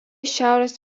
šiaurės